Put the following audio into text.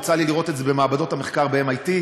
יצא לי לראות את זה במעבדות המחקר ב-MIT,